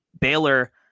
Baylor